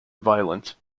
violent